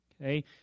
okay